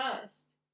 first